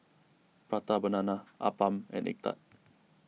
Prata Banana Appam and Egg Tart